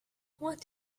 what